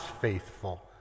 faithful